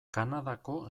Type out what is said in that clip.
kanadako